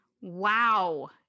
Wow